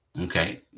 Okay